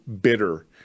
bitter